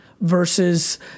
versus